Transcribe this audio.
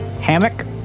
hammock